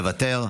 מוותר,